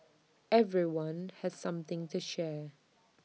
everyone had something to share